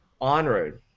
On-road